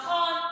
נכון.